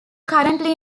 currently